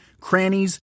crannies